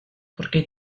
porque